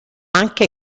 anche